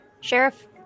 sheriff